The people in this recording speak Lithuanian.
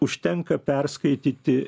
užtenka perskaityti